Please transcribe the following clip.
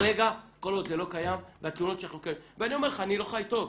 אני אומר לך, אני לא חי טוב.